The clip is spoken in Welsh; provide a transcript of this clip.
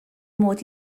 mod